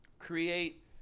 create